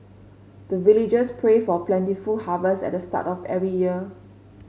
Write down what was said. the villagers pray for plentiful harvest at the start of every year